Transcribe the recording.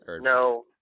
no